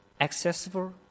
accessible